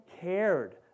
cared